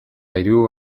hiru